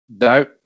No